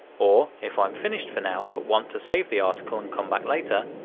or, if i'm finished for now but want to save the article and come back later,